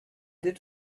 did